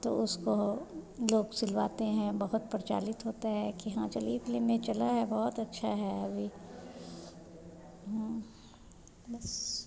तो उसको लोग सिलवाते हैं बहुत प्रचारित होता है कि हाँ चलिए फ्लिम में चला है बहुत अच्छा है अभी बस